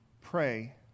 pray